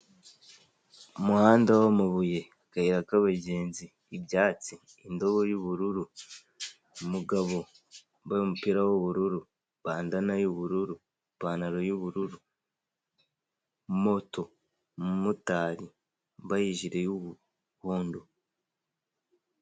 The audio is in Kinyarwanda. Umuhanda w'amabuye, akayira k'abagenzi, ibyatsi, indobo y'ubururu, umugabo wambaye umupira w'ubururu, bandana y'ubururu, ipantaro y'ubururu, moto umumotari wambaye ijire y'umuhondo.